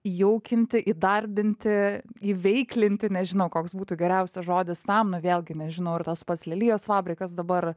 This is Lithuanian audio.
jaukinti įdarbinti įveiklinti nežinau koks būtų geriausias žodis tam vėlgi nežinau ir tas pats lelijos fabrikas dabar